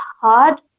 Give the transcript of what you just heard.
hard